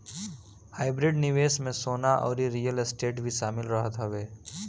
hybrid निवेश में सोना अउरी रियल स्टेट भी शामिल रहत हवे